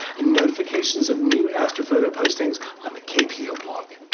and notifications of new astrophoto postings on the kpo blog.